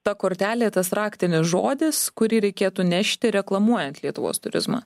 ta kortelė tas raktinis žodis kurį reikėtų nešti reklamuojant lietuvos turizmą